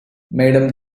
madam